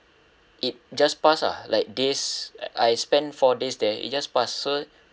it just passed uh like days I spent four days there it just passed so